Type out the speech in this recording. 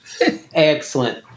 Excellent